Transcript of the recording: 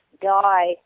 die